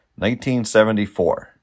1974